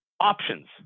options